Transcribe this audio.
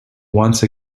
once